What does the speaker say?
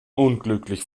unglücklich